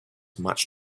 much